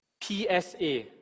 PSA